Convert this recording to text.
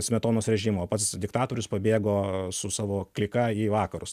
smetonos režimą o pats diktatorius pabėgo su savo klika į vakarus